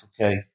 okay